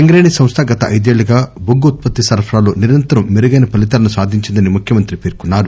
సింగరేణి సంస్ల గత ఐదేళ్ళుగా బొగ్గు ఉత్పత్తి సరఫరాలో నిరంతరం మెరుగైన ఫలితాలను సాధించిందని ముఖ్యమంతి పేర్కొన్నారు